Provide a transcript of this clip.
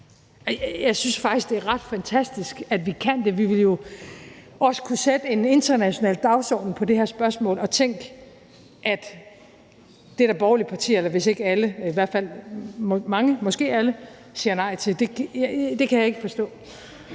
Jeg synes faktisk, det er ret fantastisk, at vi kan det. Vi ville jo også kunne sætte en international dagsorden med det her spørgsmål, og tænk, det er der borgerlige partier – hvis ikke alle, så i hvert fald mange; måske er det alle – der siger nej til. Det kan jeg ikke forstå,